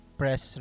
press